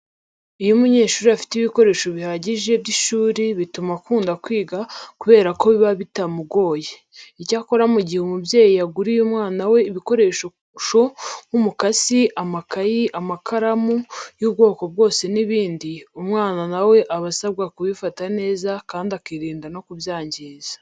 Iyo umunyeshuri afite ibikoresho bihagije by'ishuri bituma akunda kwiga kubera ko biba bitamugoye. Icyakora mu gihe umubyeyi yaguriye umwana we ibikoresho nk'umukasi, amakayi, amakaramu y'ubwoko bwose n'ibindi, umwana na we aba asabwa kubifata neza kandi akirinda no kubyangiza.